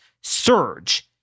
surge